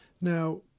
Now